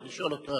צריך לשאול.